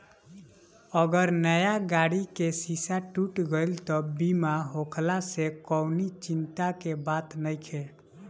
अगर नया गाड़ी के शीशा टूट गईल त बीमा होखला से कवनी चिंता के बात नइखे